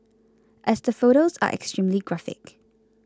as the photos are extremely graphic